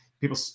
people